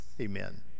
Amen